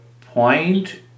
point